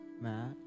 Matt